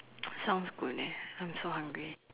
sounds good eh I'm so hungry